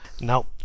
now